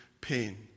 pain